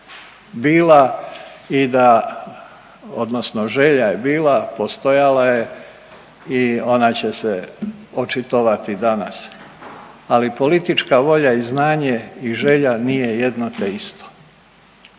bila i da odnosno želja je bila, postojala je ona će se očitovati danas, ali politička volja i znanje i želja nije jedno te isto.